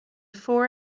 four